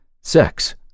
Sex